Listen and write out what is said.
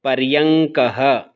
पर्यङ्कः